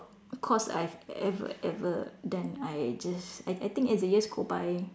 course I've ever ever done I just I I think as the years go by